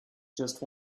just